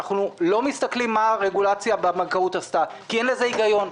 אנחנו לא מסתכלים מה הרגולציה בבנקאות עשתה כי אין לזה היגיון.